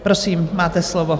Prosím, máte slovo.